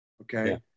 Okay